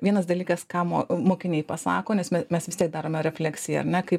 vienas dalykas ką mokiniai pasako nes mes vis tiek darome refleksiją ane kaip